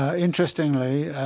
ah interestingly,